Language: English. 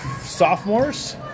sophomores